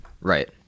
Right